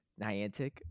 Niantic